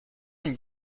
une